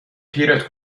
پیرت